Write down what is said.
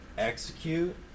execute